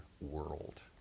world